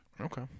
Okay